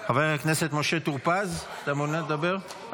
חבר הכנסת משה טור פז, אתה מעוניין לדבר?